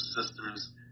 sisters